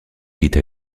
quitta